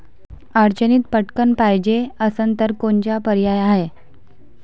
अडचणीत पटकण पायजे असन तर कोनचा पर्याय हाय?